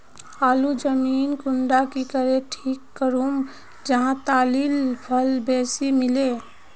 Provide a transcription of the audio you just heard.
आलूर जमीन कुंडा की करे ठीक करूम जाहा लात्तिर फल बेसी मिले?